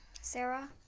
Sarah